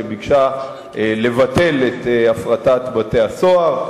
שביקשה לבטל את הפרטת בתי-הסוהר.